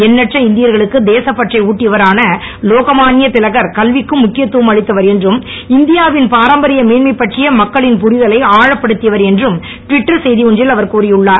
எண்ணற்ற இந்தியர்களுக்கு தேசப்பற்றை ஊட்டியவரான லோகமான்ய திலகர் கல்விக்கும் முக்கியத்துவம் அளித்தவர் என்றும் இந்தியா வின் பாரம்பரிய மேன்மை பற்றிய மக்களின் புரிதலை ஆழப்படுத்தியவர் என்றும் ட்விட்டர் செய்தி ஒன்றில் அவர் கூறியுள்ளார்